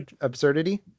absurdity